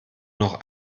noch